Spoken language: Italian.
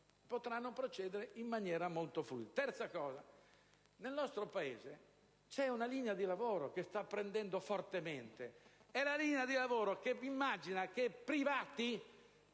potranno procedere in maniera molto fluida. In terzo luogo, nel nostro Paese cresce una linea di lavoro che sta prendendo fortemente piede, ed è una linea di lavoro che immagina che soggetti